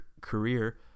career